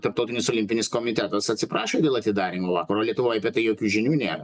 tarptautinis olimpinis komitetas atsiprašė dėl atidarymo vakaro o lietuvoj apie tai jokių žinių nėra